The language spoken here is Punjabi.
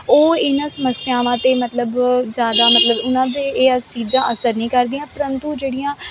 ਉਹ ਇਹਨਾਂ ਸਮੱਸਿਆਵਾਂ 'ਤੇ ਮਤਲਬ ਜ਼ਿਆਦਾ ਮਤਲਬ ਉਹਨਾਂ ਦੇ ਇਹ ਚੀਜ਼ਾਂ ਅਸਰ ਨਹੀਂ ਕਰਦੀਆਂ ਪਰੰਤੂ ਜਿਹੜੀਆਂ